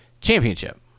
championship